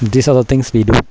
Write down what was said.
these are the things we do